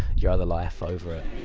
your other life over it.